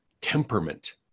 temperament